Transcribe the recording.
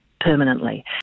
permanently